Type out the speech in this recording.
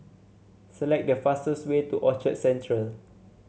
select the fastest way to Orchard Central